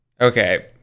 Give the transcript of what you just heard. okay